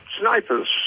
snipers